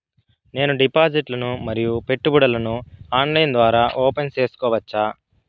నేను డిపాజిట్లు ను మరియు పెట్టుబడులను ఆన్లైన్ ద్వారా ఓపెన్ సేసుకోవచ్చా?